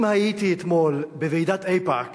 אם הייתי אתמול בוועידת איפא"ק